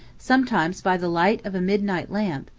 sometimes by the light of a midnight lamp,